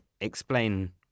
explain